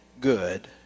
good